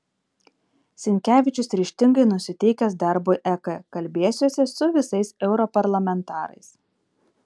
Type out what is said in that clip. sinkevičius ryžtingai nusiteikęs darbui ek kalbėsiuosi su visais europarlamentarais